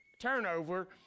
turnover